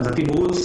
התמרוץ